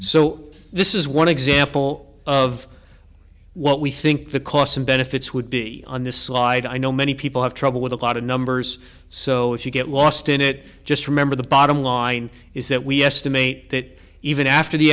so this is one example of what we think the costs and benefits would be on this slide i know many people have trouble with a lot of numbers so if you get lost in it just remember the bottom line is that we estimate that even after the